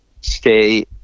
stay